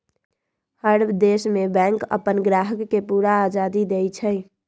हर देश में बैंक अप्पन ग्राहक के पूरा आजादी देई छई